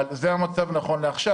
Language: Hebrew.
זה המצב נכון לעכשיו.